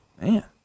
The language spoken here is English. Man